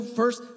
first